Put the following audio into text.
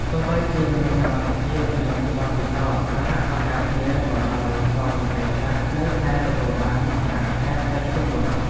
ទោះបីជាមានសមត្ថភាពនិងបទពិសោធន៍ប្រហាក់ប្រហែលគ្នាក៏ដោយក៏ស្ត្រីខ្លះនៅតែទទួលបានប្រាក់ខែតិចជាងបុរស។